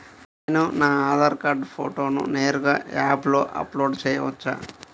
నేను నా ఆధార్ కార్డ్ ఫోటోను నేరుగా యాప్లో అప్లోడ్ చేయవచ్చా?